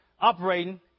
operating